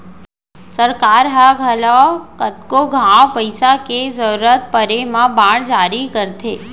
सरकार ह घलौ कतको घांव पइसा के जरूरत परे म बांड जारी करथे